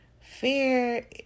Fear